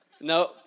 No